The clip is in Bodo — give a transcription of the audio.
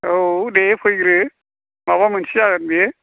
औ दे फैग्रो माबा मोनसे जागोन बियो